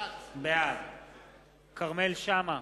בעד כרמל שאמה,